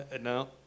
No